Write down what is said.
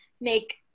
make